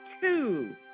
two